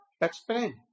explain